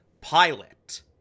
Pilot